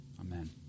Amen